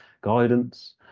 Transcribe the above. guidance